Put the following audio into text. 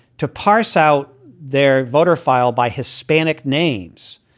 to pass out their voter file by hispanic names.